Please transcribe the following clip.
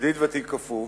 ידיד ותיק אף הוא,